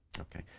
Okay